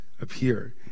appear